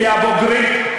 כי הבוגרים,